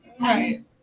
Right